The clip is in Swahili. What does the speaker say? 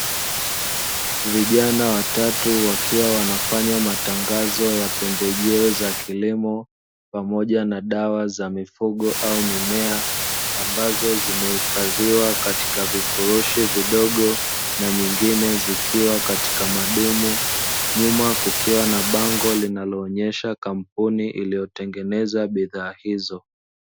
Vijana watatu wakiwa wanafanya matangazo ya pembejeo za kilimo pamoja na dawa za mifugo au mimea, ambazo zimehifadhiwa katika vifurushi vidogo na nyingine zikiwa katika madumu. Nyuma kukiwa na bango linaloonyesha kampuni iliyotengeneza bidhaa hizo.